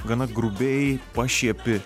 gana grubiai pašiepi